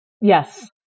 Yes